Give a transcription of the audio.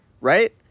right